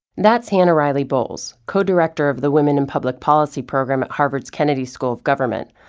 that's hannah ri ley bowles, co-director of the women and public policy program at harvard's kennedy school of government.